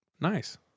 Nice